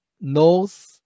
nose